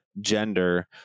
gender